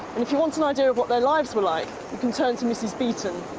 if you want an idea of what their lives were like, you can turn to mrs beeton.